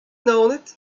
naoned